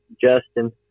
Justin